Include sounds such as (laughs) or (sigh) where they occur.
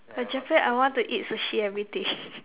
but Japan I want to eat Sushi everyday (laughs)